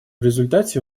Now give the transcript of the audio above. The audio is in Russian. результате